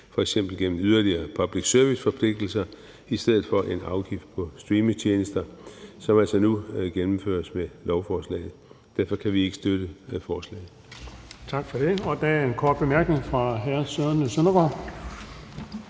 f.eks. gennem yderligere public service-forpligtelser i stedet for en afgift på streamingtjenester, som altså nu gennemføres med lovforslaget. Derfor kan vi ikke støtte forslaget. Kl. 10:50 Den fg. formand (Erling Bonnesen): Tak for det. Der er en kort bemærkning fra hr. Søren Søndergaard.